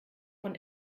von